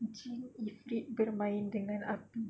jin ifrit kena main dengan api